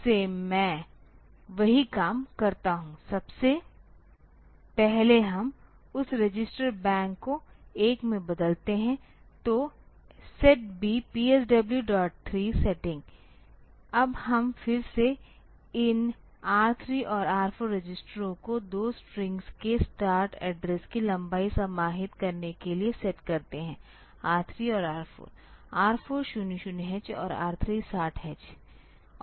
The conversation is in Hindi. तो फिर से मैं वही काम करता हूं सबसे पहले हम उस रजिस्टर बैंक को 1 में बदलते हैं तो SETB PSW3 सेटिंग अब हम फिर से इन R3 और R4 रजिस्टरों को 2 स्ट्रिंग्स के स्टार्ट एड्रेस की लंबाई समाहित करने के लिए सेट करते हैं R3 और R4 R4 00H और R3 60H